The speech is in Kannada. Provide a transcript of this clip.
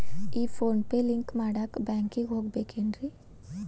ಈ ಫೋನ್ ಪೇ ಲಿಂಕ್ ಮಾಡಾಕ ಬ್ಯಾಂಕಿಗೆ ಹೋಗ್ಬೇಕೇನ್ರಿ?